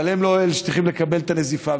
אבל הם לא אלה שצריכים לקבל את הנזיפה.